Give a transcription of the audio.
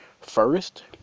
First